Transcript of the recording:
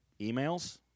Emails